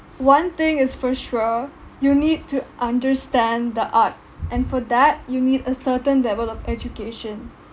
one thing is for sure you need to understand the art and for that you need a certain level of education